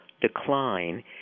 decline